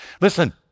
listen